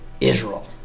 Israel